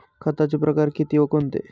खताचे प्रकार किती व कोणते?